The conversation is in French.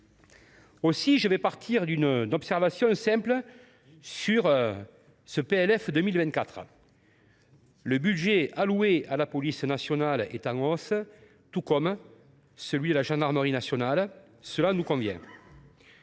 Aussi, je vais partir d’une observation simple sur ce PLF pour 2024 : le budget alloué à la police nationale est en hausse, tout comme celui de la gendarmerie nationale ; cela nous convient.